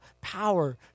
power